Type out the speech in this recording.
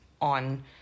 on